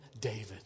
David